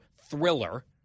thriller